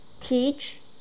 Teach